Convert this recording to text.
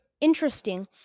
interesting